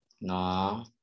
No